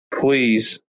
please